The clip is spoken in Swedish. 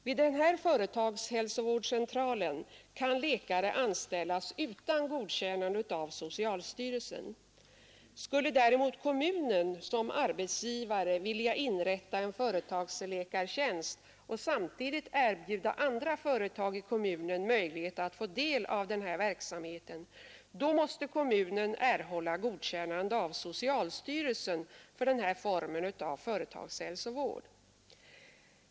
Vid denna företagshälsovårdscentral kan läkare anställas utan godkännande av socialstyrelsen. Skulle däremot kommunen som arbetsgivare vilja inrätta en företagsläkartjänst och samtidigt erbjuda andra företag i kommunen möjlighet att få del av denna verksamhet, måste kommunen erhålla godkännande av socialstyrelsen för denna form av företagshälsovård.